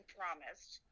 promised